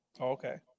Okay